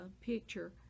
picture